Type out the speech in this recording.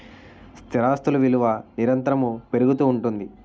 స్థిరాస్తులు విలువ నిరంతరము పెరుగుతూ ఉంటుంది